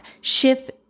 Shift